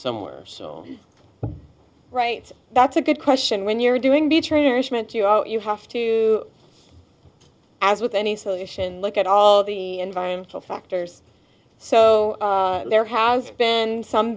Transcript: somewhere so right that's a good question when you're doing the trainers meant you are you have to as with any solution look at all the environmental factors so there has been some